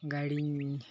ᱜᱟ ᱲᱤᱧ